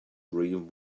dream